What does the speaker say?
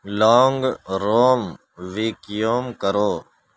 لونگ room vacuum کرو